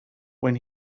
when